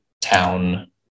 town